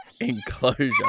enclosure